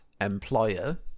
employer